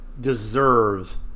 deserves